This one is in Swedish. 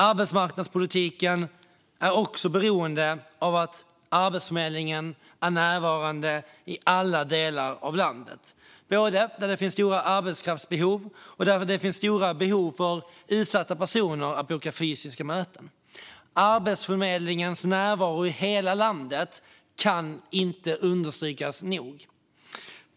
Arbetsmarknadspolitiken är också beroende av att Arbetsförmedlingen är närvarande i alla delar av landet - både där det finns stora arbetskraftsbehov och där det finns stora behov för utsatta personer att boka fysiska möten. Arbetsförmedlingens närvaro i hela landet kan inte understrykas nog.